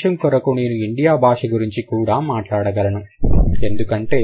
ఆ అంశం కొరకు నేను ఒడియా భాష గురించి కూడా మాట్లాడగలను ఎందుకంటే